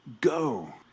go